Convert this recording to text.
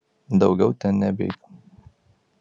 daugiau ten nebeik